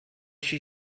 she